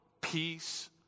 peace